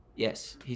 Yes